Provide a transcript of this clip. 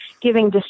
giving